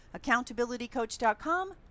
accountabilitycoach.com